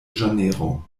janeiro